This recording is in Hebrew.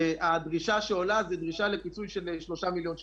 כשהדרישה שעולה זו דרישה לפיצוי של 3 מיליון שקלים.